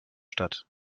statt